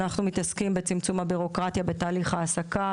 אנחנו מתעסקים בצמצום הבירוקרטיה בתהליך ההעסקה,